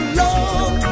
long